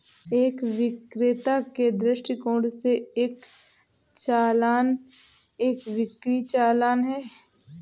एक विक्रेता के दृष्टिकोण से, एक चालान एक बिक्री चालान है